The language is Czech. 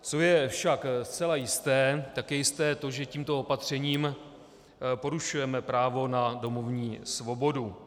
Co je však zcela jisté, tak je jisté to, že tímto opatřením porušujeme právo na domovní svobodu.